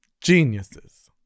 Geniuses